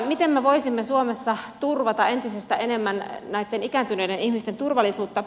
miten me voisimme suomessa turvata entistä enemmän ikääntyneiden ihmisten turvallisuutta